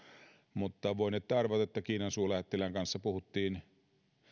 mutta voinette arvata että kiinan suurlähettilään kanssa puhuttiin